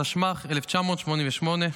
התשמ"ח 1988,